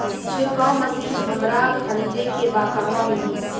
छिरकाव मशिन हमरा खरीदे के बा कहवा मिली?